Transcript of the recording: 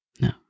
No